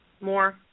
more